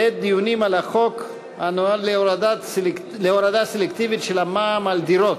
בעת הדיונים על החוק הנואל להורדה סלקטיבית של המע"מ על דירות,